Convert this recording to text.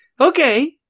okay